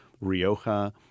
Rioja